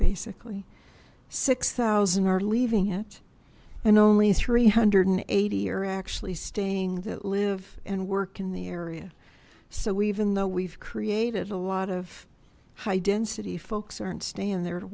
basically six thousand are leaving it and only three hundred and eighty are actually staying that live and work in the area so even though we've created a lot of high density folks aren't staying there to